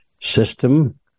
system